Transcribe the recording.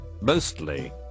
mostly